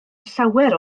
llawer